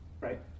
Right